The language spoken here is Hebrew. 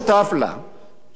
שאתם מקדמים אותה,